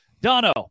Dono